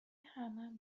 همه